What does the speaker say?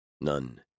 None